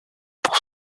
pour